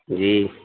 جی